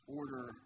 order